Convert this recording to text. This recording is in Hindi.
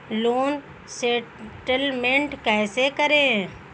लोन सेटलमेंट कैसे करें?